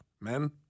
men